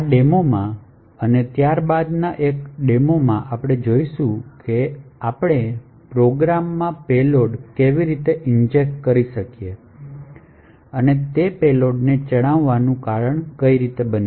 આ ડેમો માં અને ત્યારબાદના એકમાં આપણે જોઈશું કે આપણે પ્રોગ્રામમાં પેલોડ કેવી રીતે ઇન્જેક્ટ કરી શકીએ અને તે પેલોડને ચલાવવાનું કારણ બને